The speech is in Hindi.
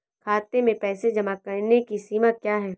खाते में पैसे जमा करने की सीमा क्या है?